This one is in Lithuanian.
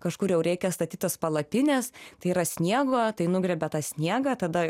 kažkur jau reikia statyt tas palapines tai yra sniego tai nugriebia tą sniegą tada